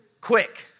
quick